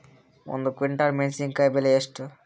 ಒಂದು ಕ್ವಿಂಟಾಲ್ ಮೆಣಸಿನಕಾಯಿ ಬೆಲೆ ಎಷ್ಟು?